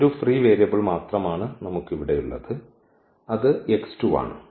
ഒരു free variable മാത്രമാണ് നമുക്ക് ഇവിടെയുള്ളത് അത് x2 ആണ്